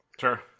Sure